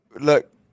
look